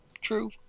True